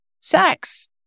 sex